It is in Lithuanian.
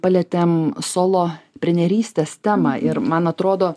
palietėm solo prenerystės temą ir man atrodo